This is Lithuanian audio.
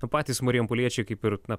o patys marijampoliečiai kaip ir na